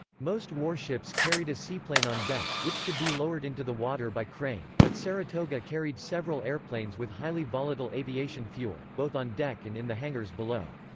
most warships carried a seaplane on deck, which could be lowered into the water by crane, but saratoga carried several airplanes with highly volatile aviation fuel, both on deck and in the hangars below.